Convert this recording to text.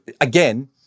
again